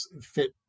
fit